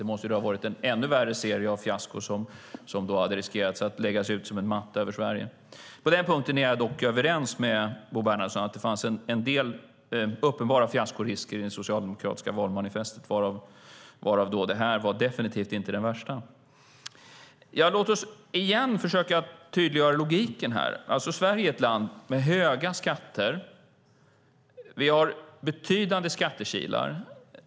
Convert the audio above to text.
Det måste ha varit en ännu värre serie av fiaskon som då hade riskerat att läggas ut som en matta över Sverige. På den punkten är jag dock överens med Bo Bernhardsson; det fanns en del uppenbara fiaskorisker i det socialdemokratiska valmanifestet, varav denna definitivt inte var den värsta. Låt oss igen försöka tydliggöra logiken. Sverige är ett land med höga skatter. Vi har betydande skattekilar.